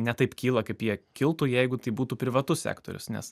ne taip kyla kaip jie kiltų jeigu tai būtų privatus sektorius nes